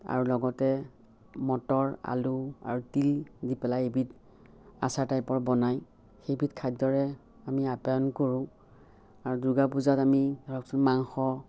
আৰু লগতে মটৰ আলু আৰু তিল দি পেলাই এবিধ আচাৰ টাইপৰ বনায় সেইবিধ খাদ্য়ৰে আমি আপ্য়ায়ন কৰোঁ আৰু দুৰ্গা পূজাত আমি ধৰকচোন মাংস